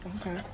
Okay